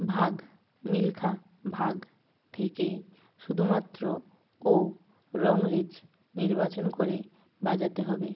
ভাগ মিলখা ভাগ থেকে শুধুমাত্র ও রংরেজ নির্বাচন করে বাজাতে হবে